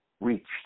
reached